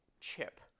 chip